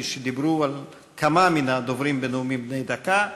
כפי שאמרו כמה מן הדוברים בנאומים בני דקה,